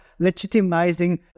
legitimizing